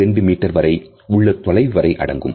2 metre வரை உள்ள தொலைவு வரை அடங்கும்